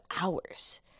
hours